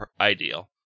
ideal